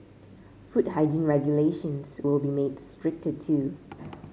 food hygiene regulations will be made stricter too